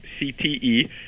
CTE